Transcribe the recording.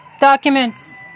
Documents